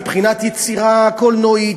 מבחינת יצירה קולנועית,